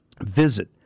Visit